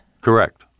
Correct